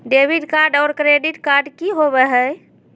Debit card और credit card की होवे हय?